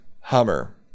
Hummer